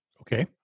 okay